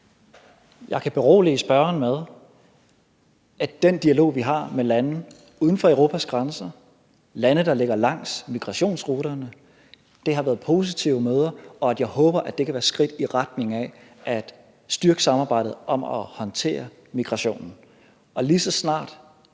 Jeg kan berolige spørgeren med, at den dialog, vi har haft med lande uden for Europas grænser – lande, der ligger langs migrationsruterne – har været positiv; det har været positive møder. Jeg håber, at det kan være skridt i retning af at styrke samarbejdet om at håndtere migrationen.